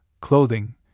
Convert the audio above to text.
clothing